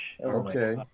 Okay